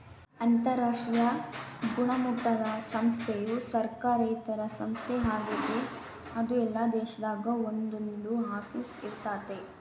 ಅಂತರಾಷ್ಟ್ರೀಯ ಗುಣಮಟ್ಟುದ ಸಂಸ್ಥೆಯು ಸರ್ಕಾರೇತರ ಸಂಸ್ಥೆ ಆಗೆತೆ ಅದು ಎಲ್ಲಾ ದೇಶದಾಗ ಒಂದೊಂದು ಆಫೀಸ್ ಇರ್ತತೆ